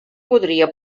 podria